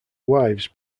wives